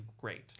great